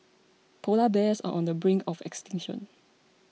Polar Bears are on the brink of extinction